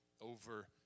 over